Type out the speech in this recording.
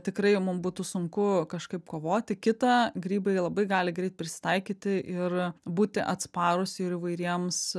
tikrai mum būtų sunku kažkaip kovoti kita grybai labai gali greit prisitaikyti ir būti atsparūs ir įvairiems